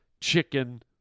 chicken